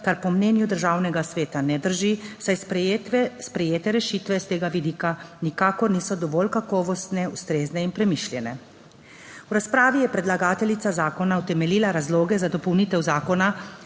Kar po mnenju Državnega sveta ne drži, saj sprejete rešitve s tega vidika nikakor niso dovolj kakovostne, ustrezne in premišljene. V razpravi je predlagateljica zakona utemeljila razloge za dopolnitev zakona,